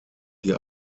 die